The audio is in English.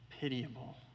pitiable